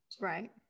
Right